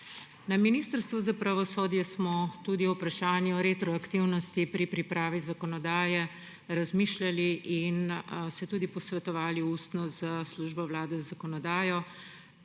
Na Ministrstvu za pravosodje smo tudi o vprašanju retroaktivnosti pri pripravi zakonodaje razmišljali in se ustno posvetovali s Službo Vlade za zakonodajo.